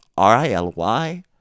R-I-L-Y